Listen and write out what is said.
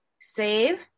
save